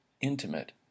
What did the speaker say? intimate